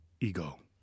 ego